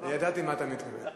ידעתי מה אתה מתכוון.